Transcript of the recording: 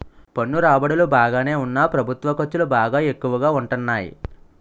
పన్ను రాబడులు బాగానే ఉన్నా ప్రభుత్వ ఖర్చులు బాగా ఎక్కువగా ఉంటాన్నాయి